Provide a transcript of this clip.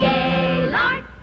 Gaylord